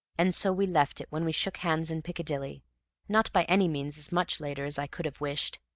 and so we left it when we shook hands in picadilly not by any means as much later as i could have wished.